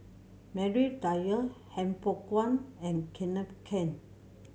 Maria Dyer Han Fook Kwang and Kenneth Keng